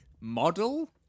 Model